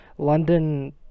London